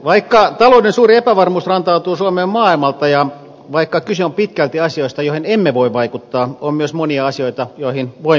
vaikka talouden suuri epävarmuus rantautuu suomeen maailmalta ja vaikka kyse on pitkälti asioista joihin emme voi vaikuttaa on myös monia asioita joihin voimme vaikuttaa